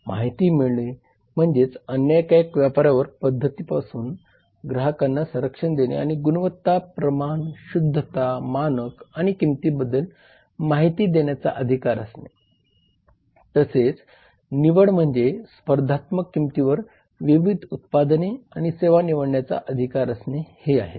माहिती मिळणे म्हणजे अन्यायकारक व्यापार पद्धतींपासून ग्राहकांना संरक्षण देणे आणि गुणवत्ता प्रमाण शुद्धता मानक आणि किंमतीबद्दल माहिती देण्याचा अधिकार असणे तसेच निवड म्हणजे स्पर्धात्मक किंमतींवर विविध उत्पादने आणि सेवा निवडण्याचा अधिकार असणे हे आहेत